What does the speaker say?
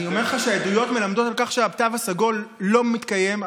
אני אומר לך שהעדויות מלמדות על כך שהתו הסגול לא מתקיים.